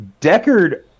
Deckard